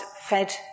fed